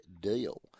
deal